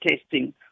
testing